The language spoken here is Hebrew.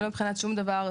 לא מבחינת שום דבר,